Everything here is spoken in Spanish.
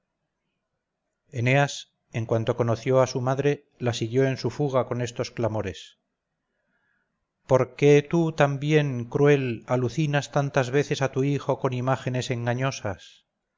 eneas en cuanto conoció a su madre la siguió en su fuga con estos clamores por qué tú también cruel alucinas tantas veces a tu hijo con imágenes engañosas